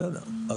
בסדר.